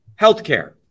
healthcare